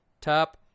Top